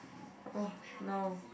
oh no